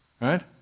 right